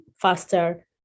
faster